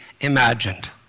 imagined